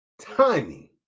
timing